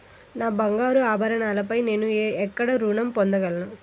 నా బంగారు ఆభరణాలపై నేను ఎక్కడ రుణం పొందగలను?